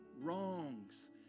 wrongs